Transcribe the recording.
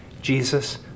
Jesus